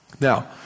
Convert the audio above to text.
Now